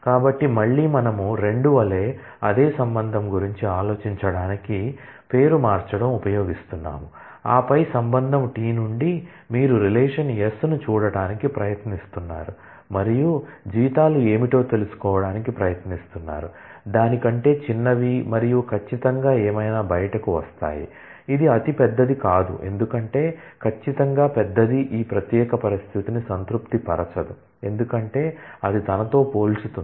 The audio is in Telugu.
కాబట్టి మళ్ళీ మనము 2 వలె అదే రిలేషన్ గురించి ఆలోచించడానికి పేరు మార్చడం ఉపయోగిస్తున్నాము ఆపై రిలేషన్ T నుండి మీరు రిలేషన్ S ను చూడటానికి ప్రయత్నిస్తున్నారు మరియు జీతాలు ఏమిటో తెలుసుకోవడానికి ప్రయత్నిస్తున్నారు దాని కంటే చిన్నవి మరియు ఖచ్చితంగా ఏమైనా బయటకు వస్తాయి ఇది అతిపెద్దది కాదు ఎందుకంటే ఖచ్చితంగా పెద్దది ఈ ప్రత్యేక పరిస్థితిని సంతృప్తిపరచదు ఎందుకంటే అది తనతో పోల్చుతుంది